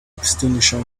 extinguisher